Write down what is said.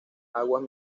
aguas